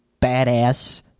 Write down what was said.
badass